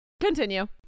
Continue